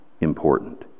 important